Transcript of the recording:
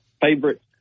favorite